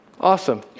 Awesome